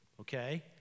okay